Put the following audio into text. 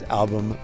album